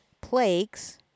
plagues